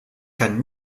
kann